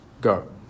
go